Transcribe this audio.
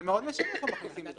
זה מאוד משנה איפה מכניסים את זה.